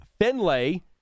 Finlay